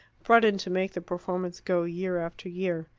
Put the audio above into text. brought in to make the performance go year after year.